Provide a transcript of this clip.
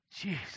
jeez